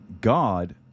God